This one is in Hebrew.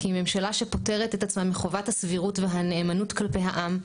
כי ממשלה שפוטרת את עצמה מחובת הסבירות והנאמנות כלפי העם,